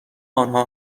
آنها